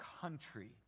country